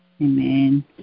Amen